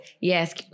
Yes